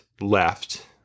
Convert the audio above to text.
left